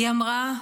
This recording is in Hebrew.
היא אמרה: